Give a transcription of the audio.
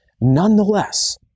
nonetheless